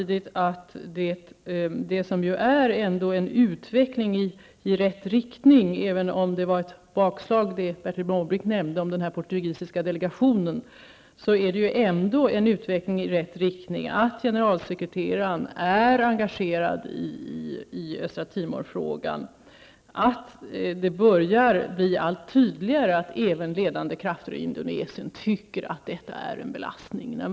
Det som Bertil Måbrink nämnde om den portugisiska delegationen var ett bakslag, men det är ändå en utveckling i rätt riktning att generalsekreteraren är engagerad i frågan om Östra Timor och att det börjar bli allt tydligare att även ledande krafter i Indonesien tycker att detta är en belastning.